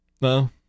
No